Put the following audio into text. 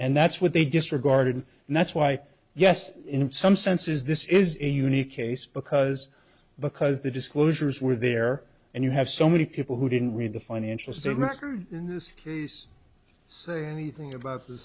that's what they disregarded and that's why yes in some senses this is a unique case because because the disclosures were there and you have so many people who didn't read the financial statements in this case say anything about the